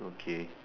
okay